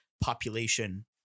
population